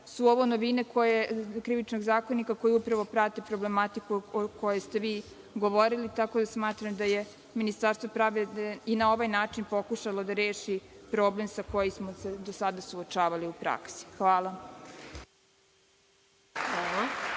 su novine Krivičnog zakonika koje upravo prate problematiku o kojoj ste vi govorili. Tako da, smatram da je Ministarstvo pravde i na ovaj način pokušalo da reši problem sa kojim smo se do sada suočavali u praksi. Hvala.